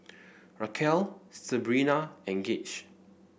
Raquel Sabrina and Gage